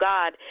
God